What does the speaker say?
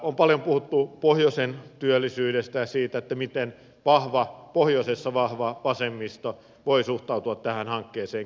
on paljon puhuttu pohjoisen työllisyydestä ja siitä miten pohjoisessa vahva vasemmisto voi suhtautua tähän hankkeeseen kriittisesti